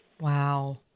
Wow